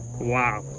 Wow